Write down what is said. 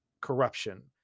corruption